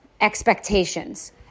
expectations